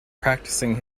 practicing